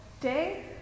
day